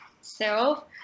self